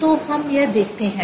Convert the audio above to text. तो हम यह देखते हैं